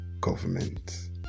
government